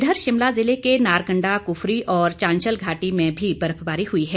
इधर शिमला जिले के नारकंडा कुफरी और चांशल घाटी में भी बर्फबारी हुई है